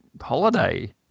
holiday